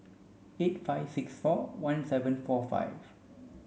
eight five six four one seven four five